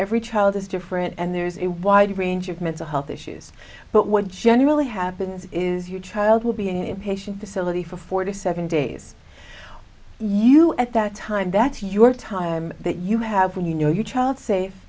every child is different and there's a wide range of mental health issues but what generally happens is your child will be an inpatient facility for forty seven days you at that time that's your time that you have when you know your child safe